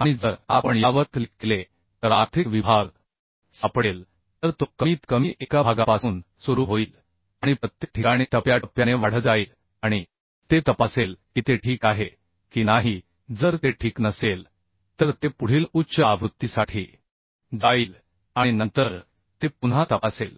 आणि जर आपण यावर क्लिक केले तर आर्थिक विभाग सापडेल तर तो कमीत कमी एका भागापासून सुरू होईल आणि प्रत्येक ठिकाणी टप्प्याटप्प्याने वाढत जाईल आणि ते तपासेल की ते ठीक आहे की नाही जर ते ठीक नसेल तर ते पुढील उच्च आवृत्तीसाठी जाईल आणि नंतर ते पुन्हा तपासेल